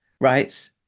right